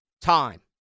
time